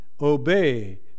obey